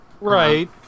Right